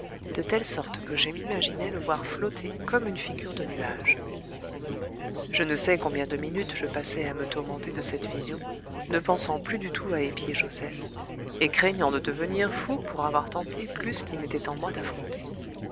de telle sorte que je m'imaginais le voir flotter comme une figure de nuages je ne sais combien de minutes je passai à me tourmenter de cette vision ne pensant plus du tout à épier joseph et craignant de devenir fou pour avoir tenté plus qu'il n'était en moi d'affronter